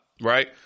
Right